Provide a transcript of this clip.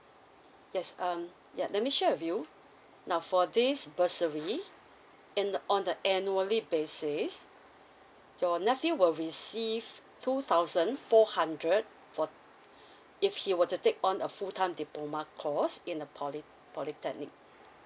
yes um yeah let me share with you now for this bursary in a on the annually basis your nephew will receive two thousand four hundred for if he were to take on a full time diploma course in the poly polytechnic